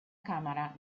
cámara